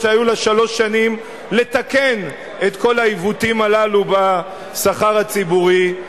אף-על-פי שהיו לה שלוש שנים לתקן את כל העיוותים הללו בשכר הציבורי.